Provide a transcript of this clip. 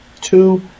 two